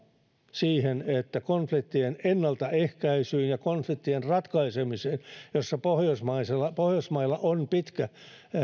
konfliktien ennaltaehkäisyyn ja konfliktien ratkaisemiseen joissa pohjoismailla on pitkä